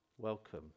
Welcome